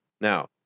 Now